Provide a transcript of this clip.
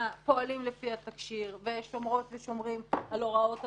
פועלים לפי התקשי"ר ושומרות ושומרים על הוראות התקשי"ר.